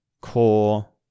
core